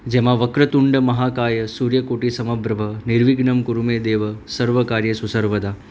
જેમાં વક્રતુંડ મહાકાય સૂર્યકોટી સમપ્રભ નિર્વિઘ્નં કુરૂમેદેવ સર્વ કાર્ય સુસર્વદા